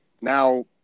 now